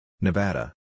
Nevada